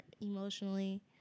emotionally